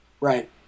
Right